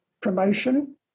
promotion